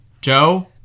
Joe